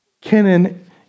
Kenan